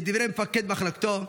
כדברי מפקד מחלקתו: